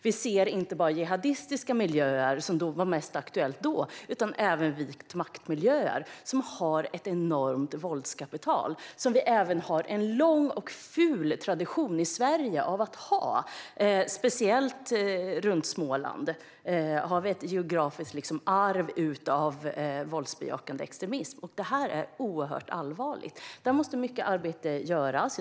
Vi ser inte bara jihadistiska miljöer, som var mest aktuellt då, utan även vitmaktmiljöer, som har ett enormt våldskapital och som vi i Sverige har en lång och ful tradition av. Speciellt runt Småland har vi ett geografiskt arv av våldsbejakande extremism. Detta är oerhört allvarligt, och där måste mycket arbete göras.